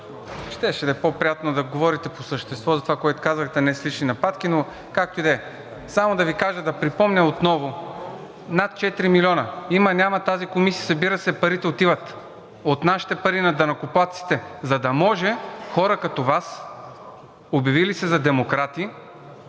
щеше да е по-приятно да говорите по същество за това, което казахте, а не с лични нападки, но както и да е. Само да Ви кажа, да припомня отново – над 4 милиона. Има-няма, тази комисия се събира, парите отиват, от нашите пари на данъкоплатците, за да може хора като Вас, обявили се за демократи,